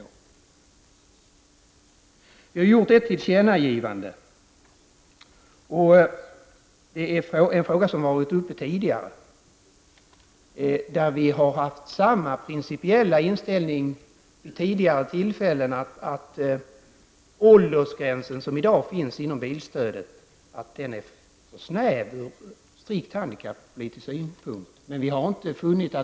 Vi har i betänkandet gjort ett tillkännagivande. Det rör en fråga som har varit uppe tidigare. Vi har i denna fråga samma principiella inställning som vi har haft vid tidigare tillfällen. Vi menar att den åldersgräns som i dag finns i fråga om bilstödet är för snäv, sett från strikt handikappolitisk synpunkt.